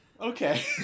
okay